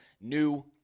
new